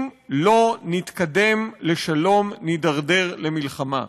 אם לא נתקדם לשלום, נידרדר למלחמה.